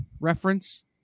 reference